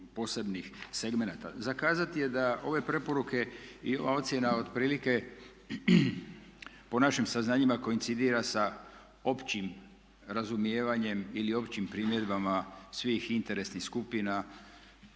posebnih segmenata. Za kazati je da ove preporuke i ova ocjena otprilike po našim saznanjima koincidira sa općim razumijevanjem ili općim primjedbama svih interesnih skupina